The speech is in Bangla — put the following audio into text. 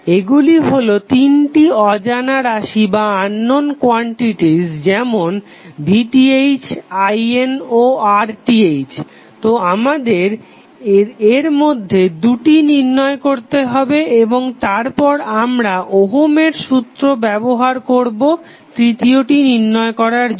এইগুলি হলো তিনটি অজানা রাশি যেমন VTh IN ও RTh তো আমাদের এর মধ্যে দুটি নির্ণয় করতে হবে এবং তারপর আমরা ওহমের সূত্র ব্যবহার করবো তৃতীয়টি নির্ণয় করার জন্য